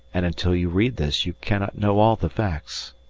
and until you read this you cannot know all the facts.